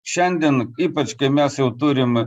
šiandien ypač kai mes jau turim